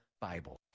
bible